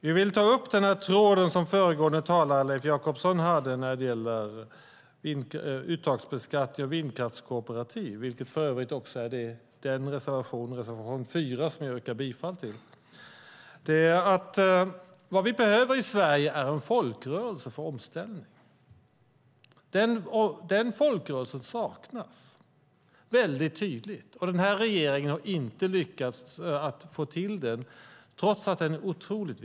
Vi vill ta upp den tråd som föregående talare Leif Jakobsson tog upp när det gäller uttagsbeskattning av vindkraftskooperativ, vilken tas upp i reservation 4 och som jag yrkar bifall till. Vad vi behöver i Sverige är en folkrörelse för omställning. Den folkrörelsen saknas tydligt, och den här regeringen har inte lyckats skapa denna otroligt viktiga folkrörelse.